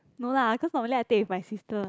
no lah because normally I take it with my sister